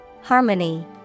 Harmony